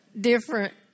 different